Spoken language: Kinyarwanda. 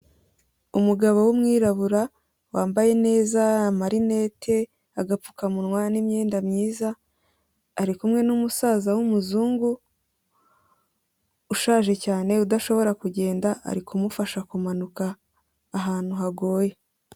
Umugabo w'umwirabura wambaye neza, amarinete, agapfukamunwa n'imyenda myiza, ari kumwe n'umusaza w'umuzungu ushaje cyane udashobora kugenda, ari kumufasha kumanuka ahantu hagoye.